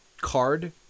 card